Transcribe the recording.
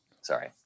Sorry